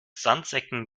sandsäcken